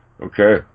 Okay